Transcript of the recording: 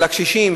של הקשישים,